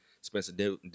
Spencer